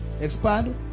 expand